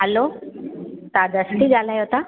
हलो तव्हां दृष्टि ॻाल्हायो था